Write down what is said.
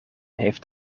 heeft